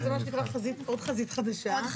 זה מה שנקרא עוד חזית חדשה.